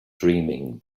dreaming